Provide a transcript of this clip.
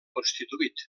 constituït